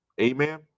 amen